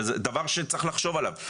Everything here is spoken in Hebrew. וזה דבר שצריך לחשוב עליו.